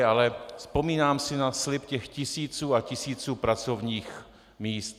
Ale vzpomínám si na slib těch tisíců a tisíců pracovních míst.